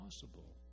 possible